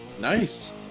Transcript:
Nice